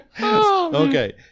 Okay